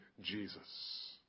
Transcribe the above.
Jesus